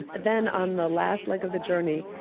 then on the last leg of the journey,